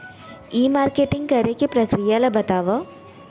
ई marketing करे के प्रक्रिया ला बतावव?